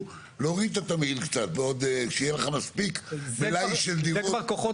אין את העידוד הזה, כי זה שחק את